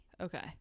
Okay